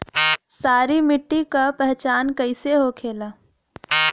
सारी मिट्टी का पहचान कैसे होखेला?